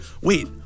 wait